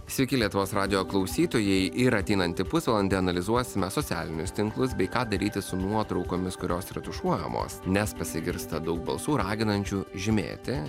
sveiki lietuvos radijo klausytojai ir ateinantį pusvalandį analizuosime socialinius tinklus bei ką daryti su nuotraukomis kurios retušuojamos nes pasigirsta daug balsų raginančių žymėti